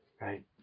Right